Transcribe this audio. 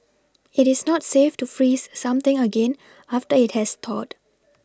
it is not safe to freeze something again after it has thawed